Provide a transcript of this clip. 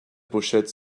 pochettes